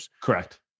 Correct